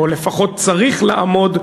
או לפחות צריך לעמוד,